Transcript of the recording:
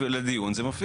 לדיון.